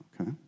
okay